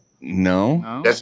No